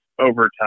overtime